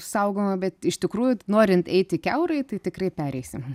saugoma bet iš tikrųjų norint eiti kiaurai tai tikrai pereisi